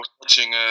watching